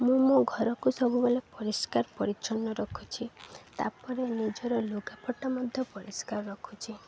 ମୁଁ ମୋ ଘରକୁ ସବୁବେଳେ ପରିଷ୍କାର ପରିଚ୍ଛନ୍ନ ରଖୁଛି ତାପରେ ନିଜର ଲୁଗାପଟା ମଧ୍ୟ ପରିଷ୍କାର ରଖୁଛି